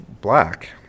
black